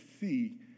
see